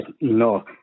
No